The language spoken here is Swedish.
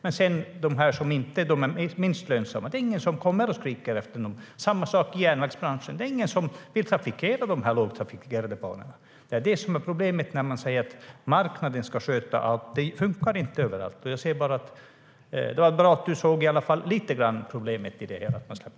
Men det är ingen som kommer och skriker efter dem som är minst lönsamma. Det var i alla fall bra att du såg lite grann av problemet i det hela.